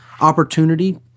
opportunity